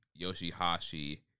Yoshihashi